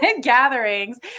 gatherings